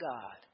God